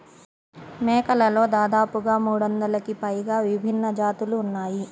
మేకలలో దాదాపుగా మూడొందలకి పైగా విభిన్న జాతులు ఉన్నాయి